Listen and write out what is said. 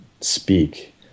speak